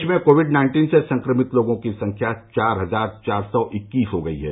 देश में COVID nineteen से संक्रमित लोगों की संख्या चार हजार चार सौ इक्कीस हो गई है